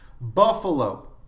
Buffalo